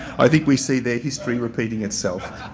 i think we see there history repeating itself.